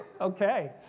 Okay